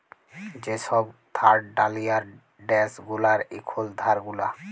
যে সব থার্ড ডালিয়ার ড্যাস গুলার এখুল ধার গুলা